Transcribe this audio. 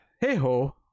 Hey-ho